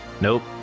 Nope